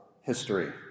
history